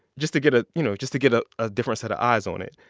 just to get a you know, just to get a a different set of eyes on it.